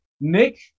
Nick